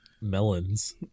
melons